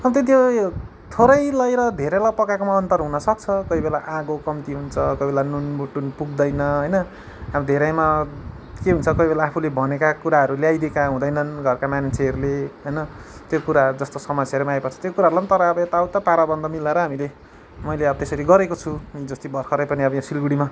अन्त त्यो यो थोरैलाई र धेरैलाई पकाएकोमा अन्तर हुनसक्छ कोही बेला आगो कम्ति हुन्छ कोही बेला नुन भुटुन पुग्दैन होइन अब धेरैमा के हुन्छ कोही बेला आफूले भनेका कुराहरू ल्याइदिएका हुँदैनन् घरका मान्छेहरूले होइन त्यो कुराहरू जस्तो समस्याहरू पनि आइपर्छ त्यो कुराहरूलाई पनि तर अब यताउता परिबन्द मिलाएर हामीले मैले अब त्यसरी गरेको छु हिजो अस्ति भर्खरै पनि अब यहाँ सिलगडीमा